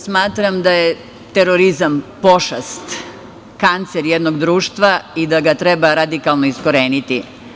Smatram da je terorizam pošast, kancer jednog društva i da ga treba radikalno iskoreniti.